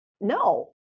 No